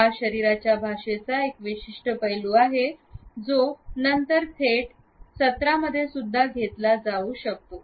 हा शरीराच्या भाषेचा एक विशिष्ट पैलू आहे जो नंतरथेट सत्रामध्येसुद्धा घेतला जाऊ शकतो